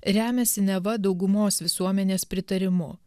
remiasi neva daugumos visuomenės pritarimu